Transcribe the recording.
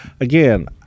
Again